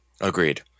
agreed